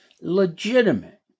legitimate